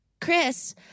Chris